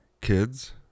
kids